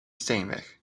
steenweg